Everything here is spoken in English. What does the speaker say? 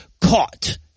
Caught